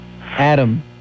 Adam